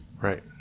right